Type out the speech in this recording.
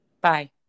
Bye